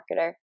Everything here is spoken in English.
marketer